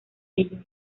ello